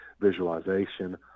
visualization